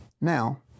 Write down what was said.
Now